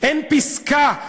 אין פסקה,